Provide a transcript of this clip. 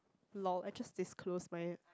lol I just disclose my